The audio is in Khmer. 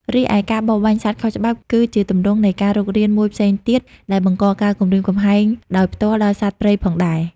រីឯការបរបាញ់សត្វខុសច្បាប់ គឺជាទម្រង់នៃការរុករានមួយផ្សេងទៀតដែលបង្កការគំរាមកំហែងដោយផ្ទាល់ដល់សត្វព្រៃផងដែរ។